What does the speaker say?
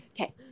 okay